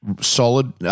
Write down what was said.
solid